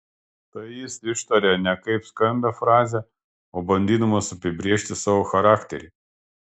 tai jis ištaria ne kaip skambią frazę o bandydamas apibrėžti savo charakterį